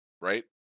right